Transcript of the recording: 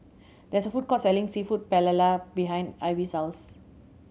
there's a food court selling Seafood Paella behind Ivy's house